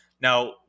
Now